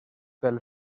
pel